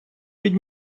від